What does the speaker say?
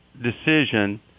decision